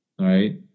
right